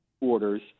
orders